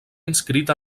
inscrit